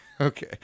Okay